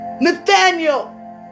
Nathaniel